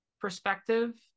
perspective